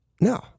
No